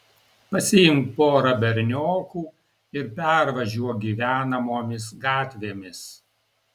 pasiimk porą berniokų ir pervažiuok gyvenamomis gatvėmis